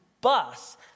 bus